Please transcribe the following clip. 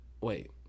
wait